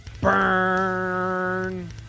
burn